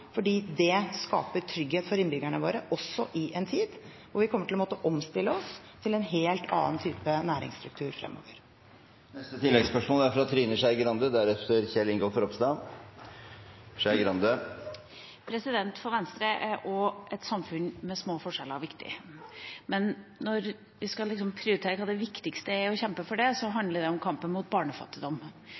fordi det skaper trygghet for innbyggerne våre også i en tid da vi kommer til å måtte omstille oss til en helt annen type næringsstruktur fremover. Trine Skei Grande – til oppfølgingsspørsmål. Også for Venstre er et samfunn med små forskjeller viktig. Men når vi skal prioritere hva som er det viktigste, og kjempe for det, handler det om kampen mot barnefattigdom